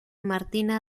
martina